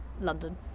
London